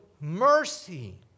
mercy